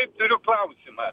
ir turiu klausimą